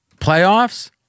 playoffs